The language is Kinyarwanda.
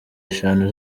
eshanu